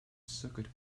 circuit